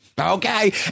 Okay